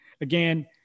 again